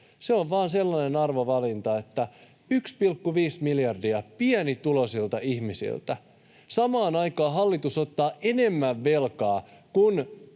Se on vain sellainen arvovalinta, että 1,5 miljardia pienituloisilta ihmisiltä. Samaan aikaan hallitus ottaa enemmän velkaa